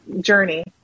journey